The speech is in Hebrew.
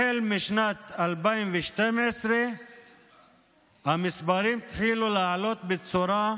בשנת 2012 המספרים התחילו לעלות בצורה מזעזעת.